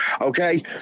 okay